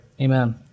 Amen